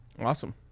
awesome